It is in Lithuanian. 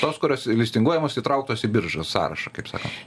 tos kurios listinguojamos įtrauktos į biržos sąrašą kaip sakant